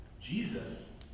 Jesus